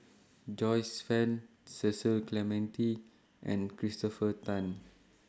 Joyce fan Cecil Clementi and Christopher Tan